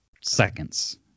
seconds